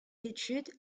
études